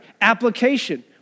Application